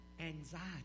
anxiety